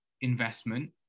investment